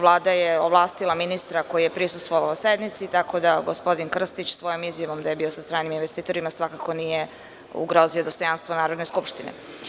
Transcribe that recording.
Vlada je ovlastila ministra koji je prisustvovao sednici, tako da gospodin Krstić svojom izjavom da je bio sa stranim investitorima svakako nije ugrozio dostojanstvo Narodne skupštine.